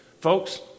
folks